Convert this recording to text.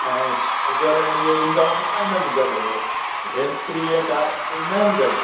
ऐं चार्जर ऐं इहे इंदा हूंदा न हिनमें गॾु हीअ हैंड्स फ्री ऐं चार्जर इंदा आहिनि गॾु